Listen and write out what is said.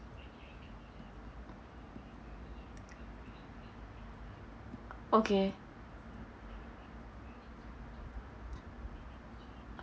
okay